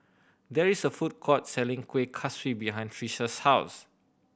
there is a food court selling Kuih Kaswi behind Trisha's house